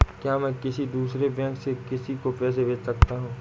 क्या मैं किसी दूसरे बैंक से किसी को पैसे भेज सकता हूँ?